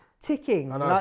ticking